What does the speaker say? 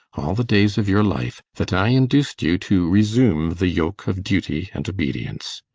all the days of your life, that i induced you to resume the yoke of duty and obedience!